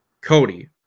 Cody